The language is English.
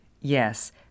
Yes